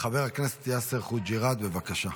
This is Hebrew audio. חבר הכנסת יאסר חוג'יראת, בבקשה.